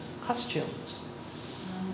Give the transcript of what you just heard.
costumes